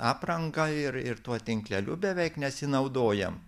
aprangą ir ir tuo tinkleliu beveik nesinaudojam